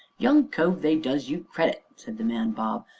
young cove, they does you credit, said the man bob,